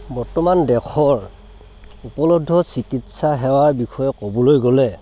বৰ্তমান দেশৰ উপলব্ধ চিকিৎসা সেৱাৰ বিষয়ে ক'বলৈ গ'লে